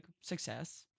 success